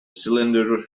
cylinder